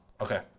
Okay